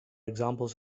examples